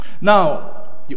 Now